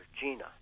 Gina